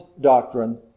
doctrine